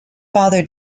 father